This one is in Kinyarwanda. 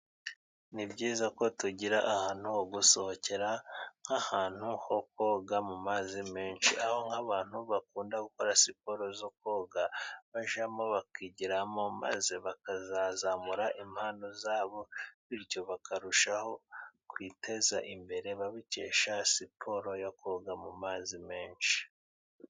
Ni byiza ko tugira ahantu ho gusohokera nk'ahantu ho koga mu mazi menshi; aho nk'abantu bakunda gukora siporo zo koga bajyamo bakigiramo, maze bakazazamura impano zabo, bityo bakarushaho kwiteza imbere babikesha siporo yo koga mu mazi menshi.